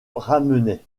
ramenait